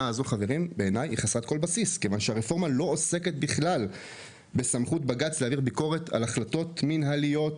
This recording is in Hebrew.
לא עוסקת בסמכות בג״ץ להעביר ביקורת על החלטות מנהליות,